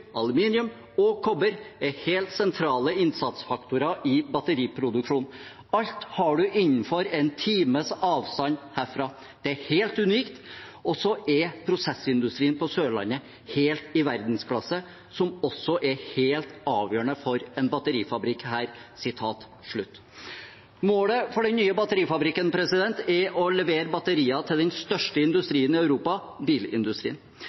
aluminium og kobber er helt sentrale innsatsfaktorer i batteriproduksjon. Alt har du innenfor en times avstand herfra. Det er helt unikt. Og så er prosessindustrien på Sørlandet helt i verdensklasse, som også er helt avgjørende for en batterifabrikk her.» Målet for den nye batterifabrikken er å levere batterier til den største industrien i Europa: bilindustrien.